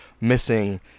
missing